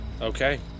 Okay